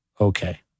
okay